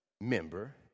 member